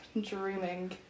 dreaming